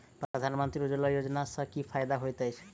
प्रधानमंत्री उज्जवला योजना सँ की फायदा होइत अछि?